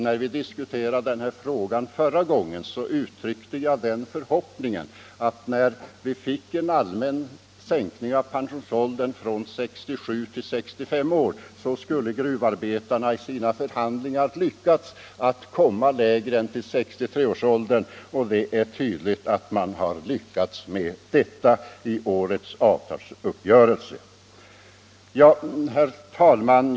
När vi diskuterade den här frågan förra gången uttryckte jag den förhoppningen att gruvarbetarna, när vi fick en allmän sänkning av pensionsåldern från 67 till 65 år, skulle lyckas komma lägre än till 63 år, och det är tydligt att de har lyckats i årets avtalsuppgörelse. Herr talman!